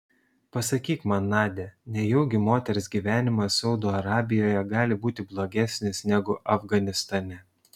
pasakyk man nadia nejaugi moters gyvenimas saudo arabijoje gali būti blogesnis negu afganistane